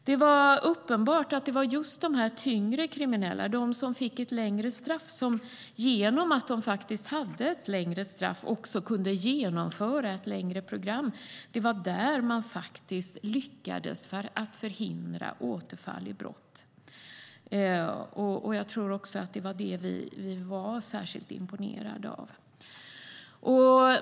Det var uppenbart att det var just för de tyngre kriminella, som genom att de hade ett längre straff också kunde genomföra ett längre program, som man lyckades förhindra återfall i brott. Jag tror också att det var detta vi var särskilt imponerade av.